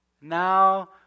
Now